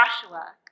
Joshua